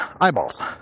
eyeballs